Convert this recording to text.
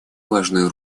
важную